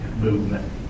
movement